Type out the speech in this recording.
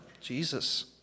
Jesus